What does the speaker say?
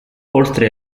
oltre